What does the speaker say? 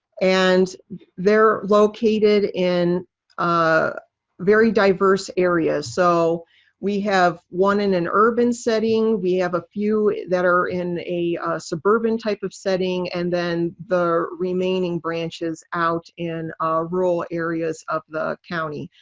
and they're located in ah very diverse areas. so we have one in an urban setting, we have a few that are in a suburban type of setting, and they the remaining branches out in rural areas of the county.